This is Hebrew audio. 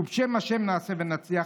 ובשם השם נעשה ונצליח.